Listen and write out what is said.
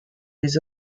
les